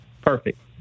Perfect